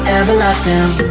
everlasting